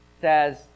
says